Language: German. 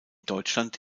deutschland